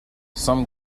some